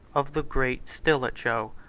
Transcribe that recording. of the great stilicho,